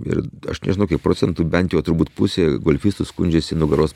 ir aš nežinau kiek procentų bent jau turbūt pusė golfistų skundžiasi nugaros